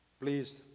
Please